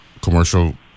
commercial